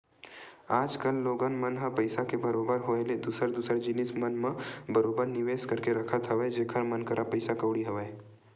आज कल लोगन मन ह पइसा के बरोबर होय ले दूसर दूसर जिनिस मन म बरोबर निवेस करके रखत हवय जेखर मन करा पइसा कउड़ी हवय